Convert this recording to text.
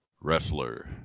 wrestler